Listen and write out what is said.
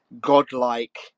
godlike